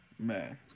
Man